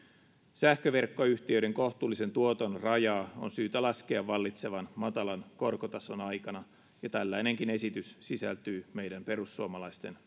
sähköverkkoyhtiöiden kohtuullisen tuoton rajaa on syytä laskea vallitsevan matalan korkotason aikana ja tällainenkin esitys sisältyy meidän perussuomalaisten